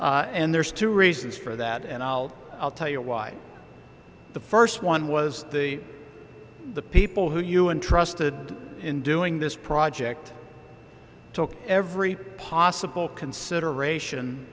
phone and there's two reasons for that and i'll tell you why the first one was the the people who you interested in doing this project took every possible consideration